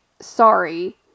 sorry